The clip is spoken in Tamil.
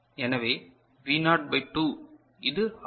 எனவே வி நாட் பை 2 இது ஆர்